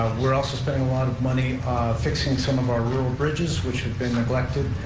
we're also spending a lot of money fixing some of our rural bridges which have been neglected.